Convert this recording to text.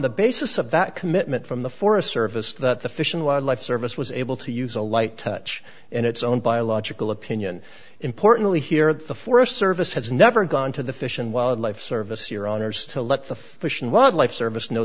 the basis of that commitment from the forest service that the fish and wildlife service was able to use a light touch and its own biological opinion importantly here the forest service has never gone to the fish and wildlife service your honour's to let the fish and wildlife service know